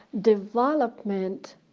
development